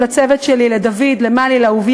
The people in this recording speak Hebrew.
אני רוצה להודות לחברת הכנסת אורלי לוי